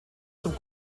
zum